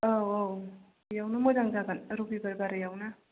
औ औ बियावनो मोजां जागोन रबिबार बारायावनो